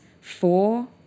four